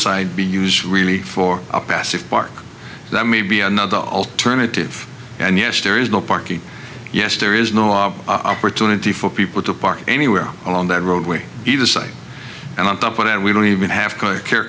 side be used really for a passive park that may be another alternative and yes there is no parking yes there is no law opportunity for people to park anywhere along that road with either side and on top of that we don't even have to care